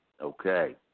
okay